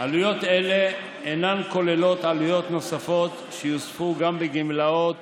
עלויות אלה אינן כוללות עלויות נוספות שיוספו גם בגמלאות